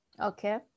Okay